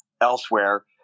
elsewhere